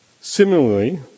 Similarly